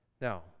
Now